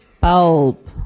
bulb